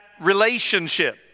relationship